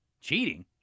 Cheating